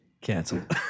Canceled